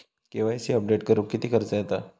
KYC update करुक किती खर्च येता?